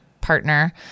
partner